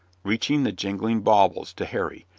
reaching the jingling baubles to harry,